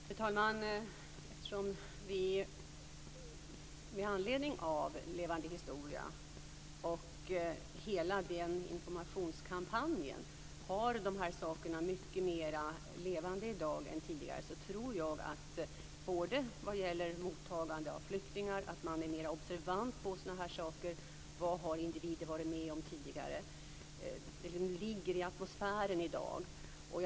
Fru talman! Eftersom vi tack vare hela informationskampanjen med Levande historia har dessa saker mer levande i dag än tidigare, tror jag att man är mer observant för vad individer har varit med om tidigare vid mottagande av flyktingar. Det ligger i atmosfären i dag.